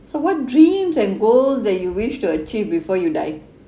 so what dreams and goals that you wish to achieve before you die